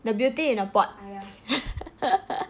the Beauty In a Pot